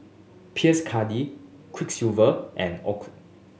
Pierre Cardin Quiksilver and Oakley